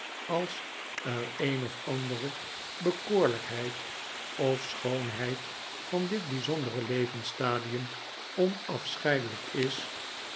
als er een of andere bekoorlijkheid of schoonheid van dit bijzondere levensstadium onafscheidelijk is